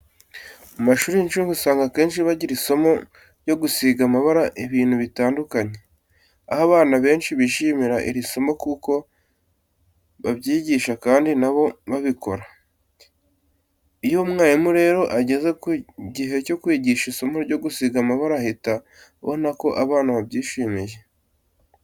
Mu mashuri y'incuke usanga akenshi bagira isomo ryo gusiga amabara ibintu bitandukanye, aho abana benshi bishimira iri somo kuko babyigishwa kandi na bo babikora. Iyo umwarimu rero ageze mu gihe cyo kwigisha isomo ryo gusiga amabara ahita abona ko abana babyishimiye.